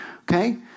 okay